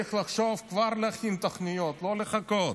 צריך לחשוב כבר להכין תוכניות, לא לחכות.